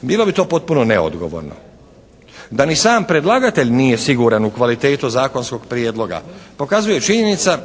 Bilo bi to potpuno neodgovorno. Da ni sam predlagatelj nije siguran u kvalitetu zakonskog prijedloga pokazuje činjenica